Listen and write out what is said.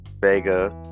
Vega